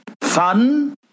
Fun